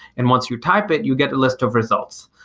and once you type it, you get a list of results.